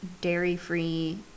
dairy-free